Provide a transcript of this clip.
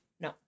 No